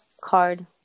card